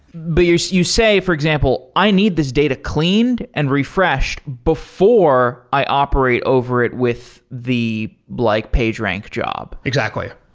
but you so you say for example, i need this data cleaned and refreshed before i operate over it with the like pagerank job. exactly.